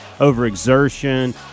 overexertion